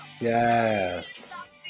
Yes